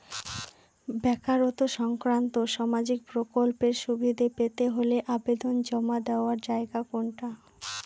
বেকারত্ব সংক্রান্ত সামাজিক প্রকল্পের সুবিধে পেতে হলে আবেদন জমা দেওয়ার জায়গা কোনটা?